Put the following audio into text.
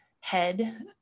head